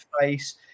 face